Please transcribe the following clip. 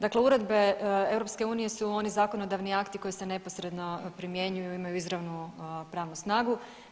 Dakle uredbe EU su oni zakonodavni akti koji se neposredno primjenjuju, imaju izravnu pravnu snagu.